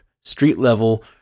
street-level